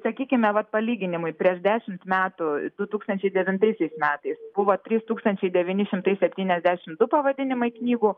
sakykime vat palyginimui prieš dešim metų du tūkstančiai devintaisiais metais buvo trys tūkstančiai devyni šimtai septyniasdešim du pavadinimai knygų